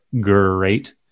great